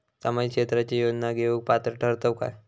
सामाजिक क्षेत्राच्या योजना घेवुक पात्र ठरतव काय?